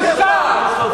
אתה משווה עם הנאצים?